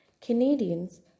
Canadians